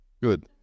Good